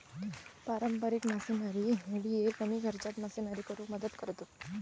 पारंपारिक मासेमारी होडिये कमी खर्चात मासेमारी करुक मदत करतत